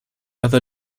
other